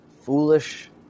foolish